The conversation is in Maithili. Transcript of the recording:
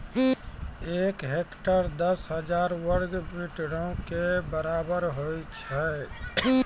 एक हेक्टेयर, दस हजार वर्ग मीटरो के बराबर होय छै